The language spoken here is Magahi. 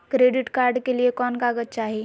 क्रेडिट कार्ड के लिए कौन कागज चाही?